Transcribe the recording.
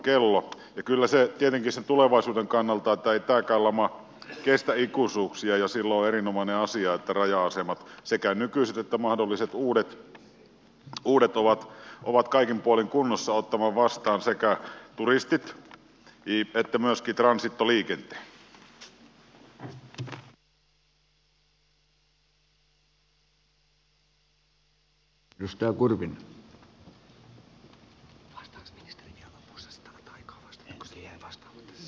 ja kyllä se tietenkin sen tulevaisuuden kannalta on niin että ei tämäkään lama kestä ikuisuuksia ja silloin on erinomainen asia että raja asemat sekä nykyiset että mahdolliset uudet ovat kaikin puolin kunnossa ottamaan vastaan sekä turistit että myöskin transitoliikenteen